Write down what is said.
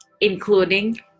including